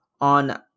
on